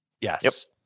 Yes